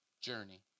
journey